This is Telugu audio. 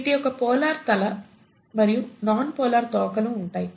వీటికి ఒక పోలార్ తల మరియు నాన్ పోలార్ తోకలు ఉంటాయి